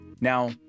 now